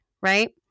right